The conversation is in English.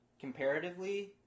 comparatively